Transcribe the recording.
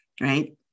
right